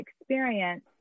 experience